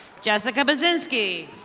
jessica pensinzky.